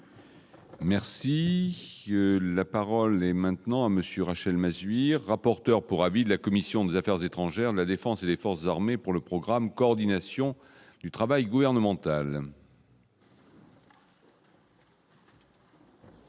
Merci, la parole est maintenant à monsieur Rachel Mazuy, rapporteur pour avis de la commission des Affaires étrangères de la Défense et des forces armées pour le programme, coordination du travail gouvernemental.